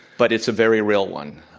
but it's a very real one.